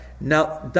Now